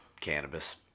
cannabis